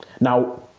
Now